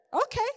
Okay